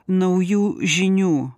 naujų žinių